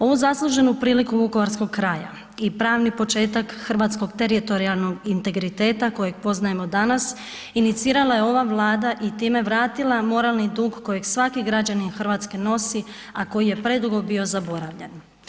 Ovu zasluženu priliku vukovarskog kraja i pravni početak hrvatskog teritorijalnog integriteta kojeg poznajemo danas, inicirala je ova Vlada i time vratila moralni dug kojeg svaki građanin Hrvatske nosi, a koji je predugo bio zaboravljen.